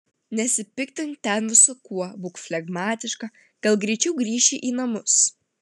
nesipiktink ten visu kuo būk flegmatiška gal greičiau grįši į namus